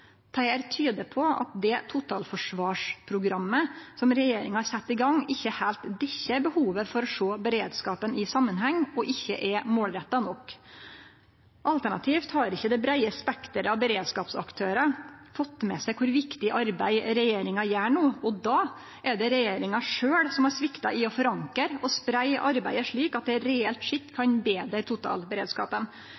tyder på at det totalforsvarsprogrammet som regjeringa har sett i gang, ikkje heilt dekkjer behovet for å sjå beredskapen i samanheng, og ikkje er målretta nok. Alternativt har ikkje det breie spekteret av beredskapsaktørarar fått med seg kor viktig arbeid regjeringa gjer no, og då er det regjeringa sjølv som har svikta i å forankre og spreie arbeidet slik at det reelt